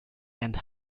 and